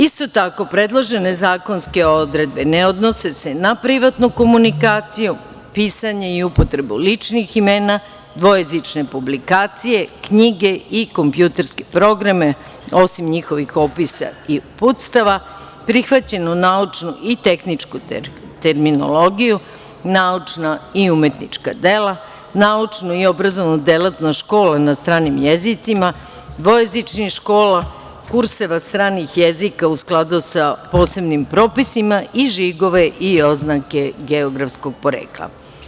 Isto tako, predložene zakonske odredbe ne odnose se na privatnu komunikaciju, pisanje i upotrebu ličnih imena, dvojezične publikacije, knjige i kompjuterske programe, osim njihovih opisa i uputstva, prihvaćenu naučnu i tehničku terminologiju, naučna i umetnička dela, naučnu i obrazovnu delatnost škole na stranim jezicima, dvojezičnih škola, kurseva stranih jezika u skladu sa posebnim propisima i žigove i oznake geografskog porekla.